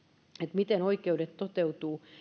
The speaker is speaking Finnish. miten oikeudet toteutuvat